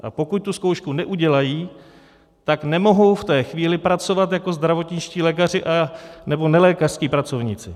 A pokud tu zkoušku neudělají, tak nemohou v té chvíli pracovat jako zdravotničtí lékaři nebo nelékařští pracovníci.